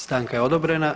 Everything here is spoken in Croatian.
Stanka je odobrena.